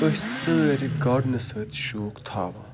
أسۍ سٲری گاڈنَس سۭتۍ شوق تھاوان